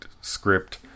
script